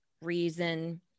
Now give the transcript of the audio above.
reason